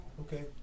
okay